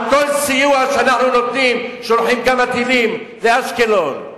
על כל סיוע שאנחנו נותנים שולחים כמה טילים לאשקלון.